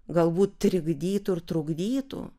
galbūt trikdytų ir trukdytų